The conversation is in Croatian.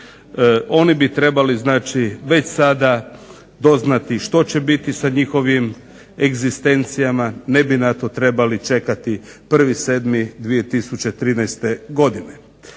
Oni bi trebali znači već sada doznati što će biti sa njihovim egzistencijama, ne bi na to trebali čekati 1.07.2013. godine.